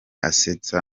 asetsa